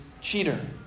cheater